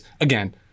Again